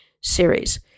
Series